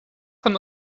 von